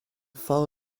far